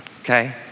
okay